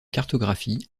cartographie